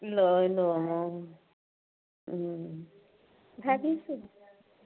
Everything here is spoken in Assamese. লৈ ল'ম অ